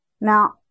now